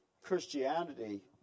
Christianity